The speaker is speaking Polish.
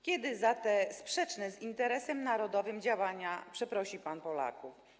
Kiedy za te sprzeczne z interesem narodowym działania przeprosi pan Polaków?